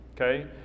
okay